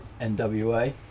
NWA